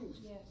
Yes